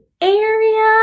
area